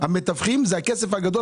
המתווכים זה הכסף הגדול,